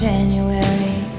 January